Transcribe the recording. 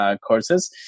courses